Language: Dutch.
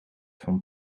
van